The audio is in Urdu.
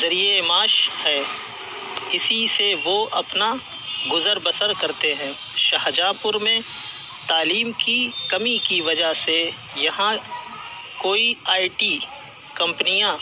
ذریعہ معاش ہے اسی سے وہ اپنا گزر بسر کرتے ہیں شاہجہاں پور میں تعلیم کی کمی کی وجہ سے یہاں کوئی آئی ٹی کمپنیاں